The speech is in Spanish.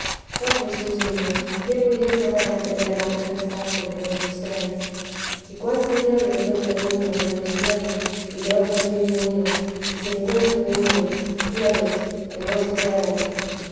oh jesús mío quién pudiese dar a entender la majestad con qué os mostráis y cuan señor de todo el mundo y de los cielos y de otros mil mundos y sin cuento mundos y cielos que vos criárades